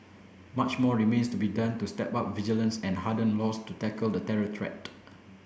much more remains to be done to step up vigilance and harden laws to tackle the terror threat